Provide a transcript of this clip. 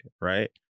right